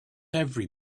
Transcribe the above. every